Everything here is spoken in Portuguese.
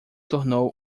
tornou